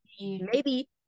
maybe-